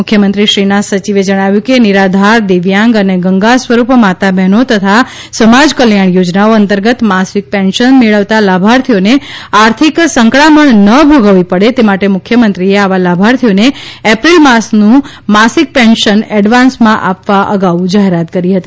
મુખ્યમંત્રીશ્રીના સચિવે જણાવ્યું કે નિરાધાર દિવ્યાંગ અને ગંગાસ્વરૂપા માતા બહેનો તથા સમાજકલ્યાણ યોજનાઓ અંતર્ગત માસિક પેન્શન મેળવતા લાભાર્થીઓને આર્થિક સંકડામણ ન ભોગવવી પડે તે માટે મુખ્યમંત્રીએ આવા લાભાર્થીઓને એપ્રિલ માસનું માસિક પેન્શન એડવાન્સમાં આપવા અગાઉ જાહેરાત કરેલી હતી